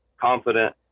confident